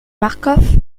marcof